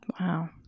Wow